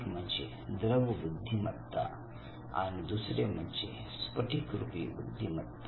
एक म्हणजे द्रव बुद्धिमत्ता आणि दुसरे म्हणजे स्फटिकरुपी बुद्धिमत्ता